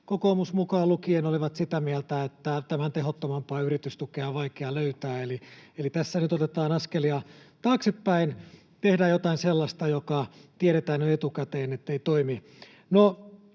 kokoomus mukaan lukien, olivat sitä mieltä, että tämän tehottomampaa yritystukea on vaikea löytää. Eli tässä nyt otetaan askelia taaksepäin ja tehdään jotain sellaista, josta tiedetään jo etukäteen, ettei se toimi.